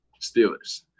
Steelers